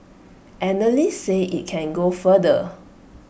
analysts say IT can go further